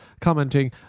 commenting